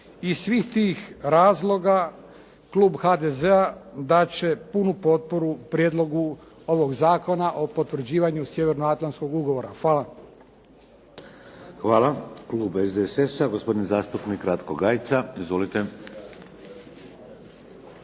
Iz svih tih razloga Klub HDZ-a dati će punu potporu prijedlogu ovoga Zakona o potvrđivanju Sjevernoatlanskog ugovora. Hvala. **Šeks, Vladimir (HDZ)** Hvala. Klub SDSS-a, gospodin zastupnik Ratko Gajica. Izvolite.